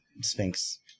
Sphinx